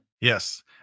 Yes